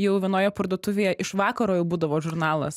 jau vienoje parduotuvėje iš vakaro jau būdavo žurnalas